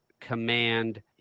command